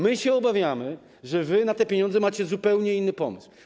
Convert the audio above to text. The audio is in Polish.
My się obawiamy, że wy na te pieniądze macie zupełnie inny pomysł.